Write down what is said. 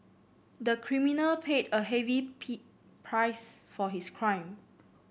the criminal paid a heavy price for his crime